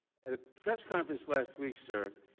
at a press conference last week, sir.